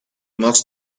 must